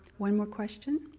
one more question?